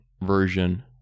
version